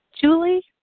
Julie